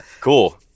Cool